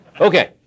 Okay